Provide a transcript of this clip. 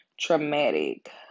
traumatic